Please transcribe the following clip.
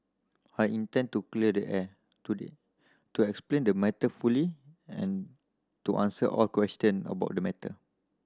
I intend to clear the air today to explain the matter fully and to answer all question about the matter